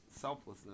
selflessness